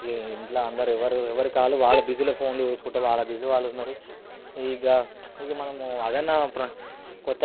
ఇక ఇంట్లో అందరు ఎవరి కాల్లు వాళ్ళు బిజీలో వాళ్ళు ఫోన్లు చూసుకుంటా వాళ్ళ బిజీలో వాళ్ళు ఉన్నారు ఇక ఇక మనము అదన్నా కొత్త